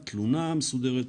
תלונה מסודרת,